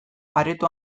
areto